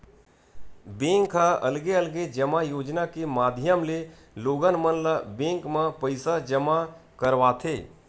bank ह अलगे अलगे जमा योजना के माधियम ले लोगन मन ल बेंक म पइसा जमा करवाथे